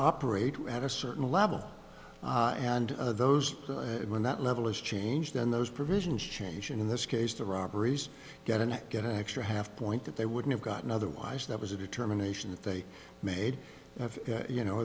operate at a certain level and those when that level is changed and those provisions change and in this case the robberies get and get an extra half point that they wouldn't have gotten otherwise that was a determination that they made you know